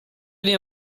nie